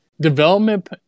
development